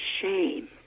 shame